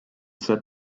set